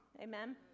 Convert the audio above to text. Amen